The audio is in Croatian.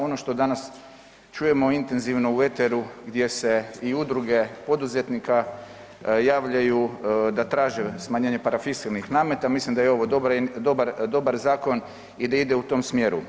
Ono što danas čujemo intenzivno u eteru gdje se i udruge poduzetnika javljaju da traže smanjenje parafiskalnih nameta mislim da je ovo dobar, dobar, dobar zakon i da ide u tom smjeru.